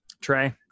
Trey